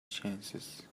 chances